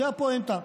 זו הפואנטה.